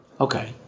Okay